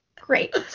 Great